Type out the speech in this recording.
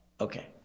Okay